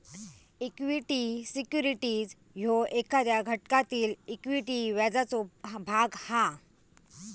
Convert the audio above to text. equity securities ह्यो एखाद्या घटकातील इक्विटी व्याजाचो भाग हा